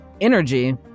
energy